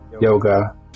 yoga